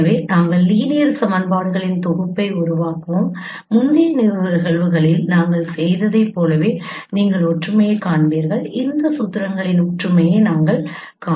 எனவே நாங்கள் லீனியர் சமன்பாடுகளின் தொகுப்பை உருவாக்குவோம் முந்தைய நிகழ்வுகளில் நாங்கள் செய்ததைப் போலவே நீங்கள் ஒற்றுமையைக் காண்பீர்கள் இந்த சூத்திரங்களின் ஒற்றுமையை நாங்கள் காண்போம்